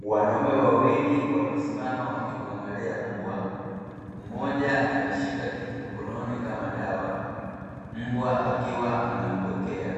Wanaume wawili wamesimama wakimuangalia mbwa, mmoja ameshika kitu mkononi kama dawa, mbwa akiwa anambwekea.